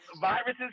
viruses